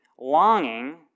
Longing